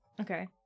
Okay